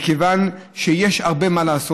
מכיוון שיש הרבה מה לעשות.